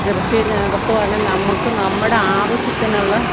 കൃഷി നടത്തുവാണെങ്കിൽ നമുക്ക് നമ്മുടെ ആവശ്യത്തിനുള്ള